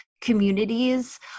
communities